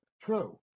true